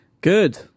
Good